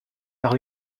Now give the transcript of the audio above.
par